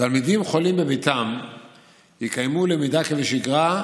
תלמידים חולים בביתם יקיימו למידה כבשגרה,